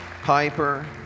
Piper